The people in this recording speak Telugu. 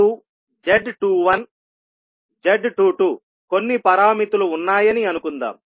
z11z12z21z22 కొన్ని పారామితులు ఉన్నాయని అనుకుందాం